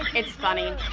it's funny.